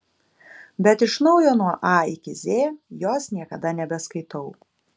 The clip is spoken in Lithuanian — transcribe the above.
bet iš naujo nuo a iki z jos niekada nebeskaitau